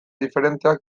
diferenteak